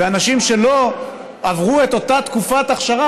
ואנשים שלא עברו את אותה תקופת אכשרה